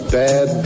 bad